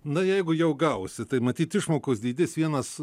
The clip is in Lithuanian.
na jeigu jau gausi tai matyt išmokos dydis vienas